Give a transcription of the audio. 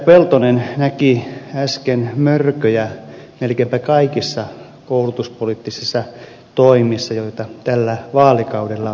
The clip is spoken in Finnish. peltonen näki äsken mörköjä melkeinpä kaikissa koulutuspoliittisissa toimissa joita tällä vaalikaudella on tehty